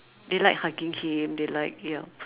they like hugging him they like yup